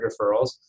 referrals